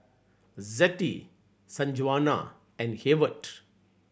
Zettie Sanjuana and Heyward